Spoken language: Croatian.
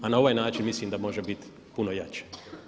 A na ovaj način mislim da može biti puno jače.